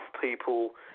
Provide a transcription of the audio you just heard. people